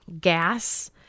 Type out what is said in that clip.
gas